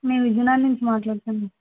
మేము విజయనగరం నుంచి మాట్లాడుతున్నాం